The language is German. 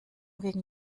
wegen